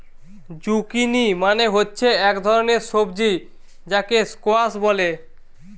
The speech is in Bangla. জুকিনি মানে হচ্ছে এক ধরণের সবজি যাকে স্কোয়াস বলে